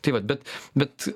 tai vat bet bet